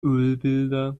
ölbilder